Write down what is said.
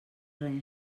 res